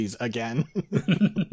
again